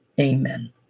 Amen